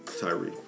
Tyree